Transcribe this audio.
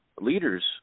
leaders